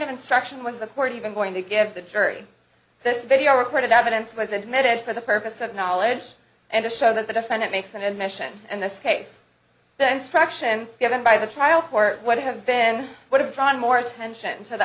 of instruction was the court even going to give the jury this video recorded evidence was admitted for the purpose of knowledge and to show that the defendant makes an admission in this case the instruction given by the trial court where they have been would have drawn more attention t